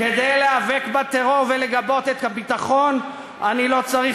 כדי להיאבק בטרור ולגבות את הביטחון אני לא צריך